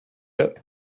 that